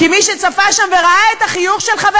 כי מי שצפה שם וראה את החיוך של חבר